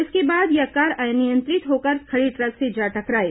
इसके बाद यह कार अनियंत्रित होकर खड़ी ट्रक से जा टकराई